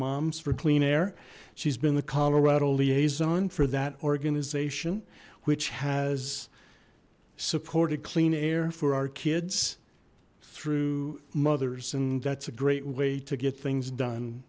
mom's for clean air she's been the colorado liaison for that organization which has supported clean air for our kids through mothers and that's a great way to get things done